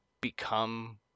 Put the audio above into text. become